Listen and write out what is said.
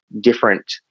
different